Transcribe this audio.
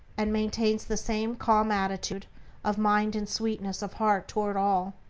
and maintains the same calm attitude of mind and sweetness of heart toward all.